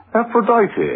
Aphrodite